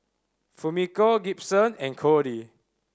Fumiko Gibson and Codey